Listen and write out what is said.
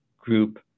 group